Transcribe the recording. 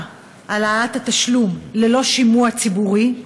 על העלאת התשלום ללא שימוע ציבורי?